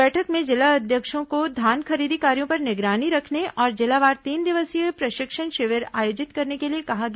बैठक में जिला अध्यक्षों को धान खरीदी कार्यो पर निगरानी रखने और जिलावार तीन दिवसीय प्रशिक्षण शिविर आयोजित करने के लिए कहा गया